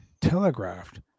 telegraphed